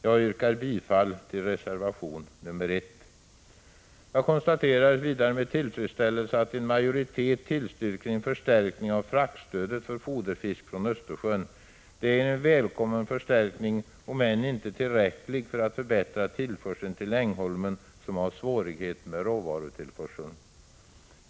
Jag yrkar bifall till reservation 1. Jag konstaterar vidare med tillfredsställelse att en majoritet tillstyrker en förstärkning av fraktstödet för foderfisk från Östersjön. Det är en välkommen förstärkning om än inte tillräcklig för att förbättra tillförseln till Ängholmen, som har svårigheter med råvarutillförseln.